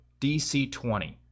DC20